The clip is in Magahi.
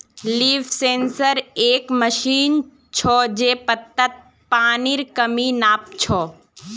लीफ सेंसर एक मशीन छ जे पत्तात पानीर कमी नाप छ